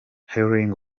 healing